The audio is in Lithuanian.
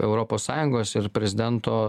europos sąjungos ir prezidento